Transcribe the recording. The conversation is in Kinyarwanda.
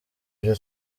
ibyo